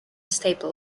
staple